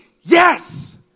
Yes